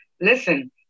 Listen